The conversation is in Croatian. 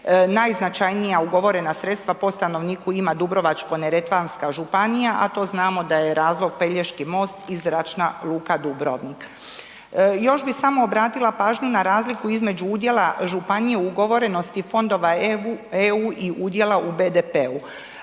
najznačajnija ugovorena sredstva po stanovniku ima Dubrovačko-neretvanska županija, a to znamo da je razlog Pelješki most i Zračna luka Dubrovnik. Još bi samo obratila pažnju na razliku između udjela županije u ugovorenosti Fondova EU i udjela u BDP-u.